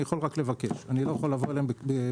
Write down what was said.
אני יכול רק לבקש ולא יכול לבוא בדרישות.